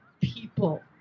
people